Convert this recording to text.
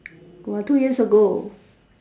about two years ago